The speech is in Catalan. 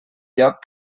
lloc